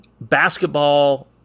basketball